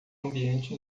ambiente